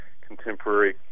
Contemporary